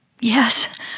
Yes